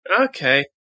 Okay